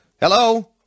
Hello